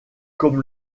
comme